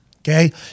okay